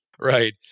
right